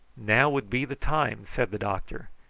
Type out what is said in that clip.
now would be the time, said the doctor.